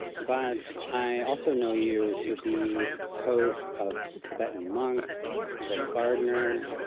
but i also know you to be hosts of tibetan monks as a gardener.